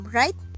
right